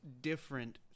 different